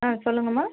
ஆ சொல்லுங்கம்மா